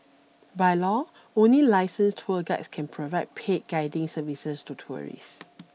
by law only licensed tourist guides can provide paid guiding services to tourists